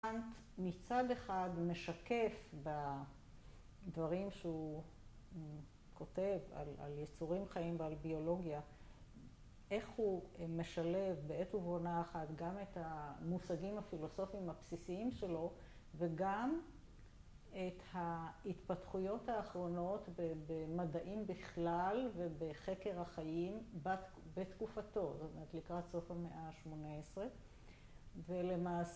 קאנט מצד אחד משקף, בדברים שהוא כותב על יצורים חיים ועל ביולוגיה, איך הוא משלב בעת ובעונה אחת גם את המושגים הפילוסופיים הבסיסיים שלו וגם את ההתפתחויות האחרונות במדעים בכלל ובחקר החיים בתקופתו, זאת אומרת לקראת סוף המאה השמונה עשרה, ולמעשה